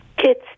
Kids